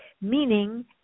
Meaning